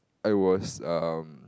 I was um